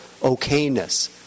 okayness